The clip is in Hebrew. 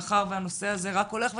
מאחר והנושא הזה רק הולך ותופס,